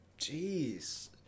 Jeez